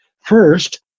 First